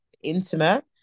intimate